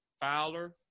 Fowler